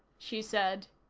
she said.